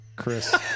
chris